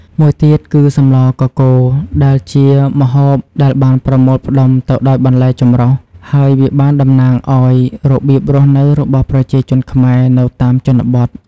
មួយទៀតគឺ សម្លរកកូរ ដែលជាម្ហូបដែលបានប្រមូលផ្តុំទៅដោយបន្លែចម្រុះ ហើយវាបានតំណាងឱ្យរបៀបរស់នៅរបស់ប្រជាជនខ្មែរនៅតាមជនបទ។